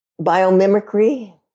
biomimicry